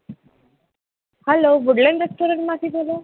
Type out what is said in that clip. hello Woodland રેસ્ટોરન્ટમાંથી બોલો